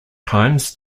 times